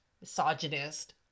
misogynist